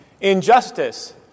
injustice